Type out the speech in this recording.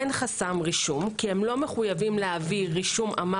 אין חסם רישום כי הם לא מחויבים להעביר רישום אמר